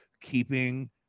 keeping